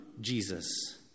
Jesus